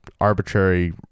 arbitrary